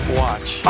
watch